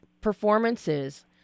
performances